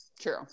true